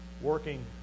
working